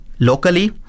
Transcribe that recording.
locally